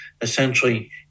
essentially